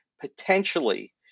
potentially